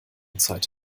zeit